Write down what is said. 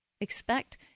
Expect